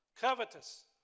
covetous